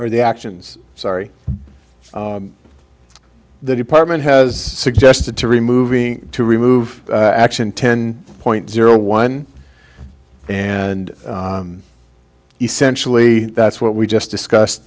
or the actions sorry the department has suggested to removing to remove action ten point zero one and essentially that's what we just discuss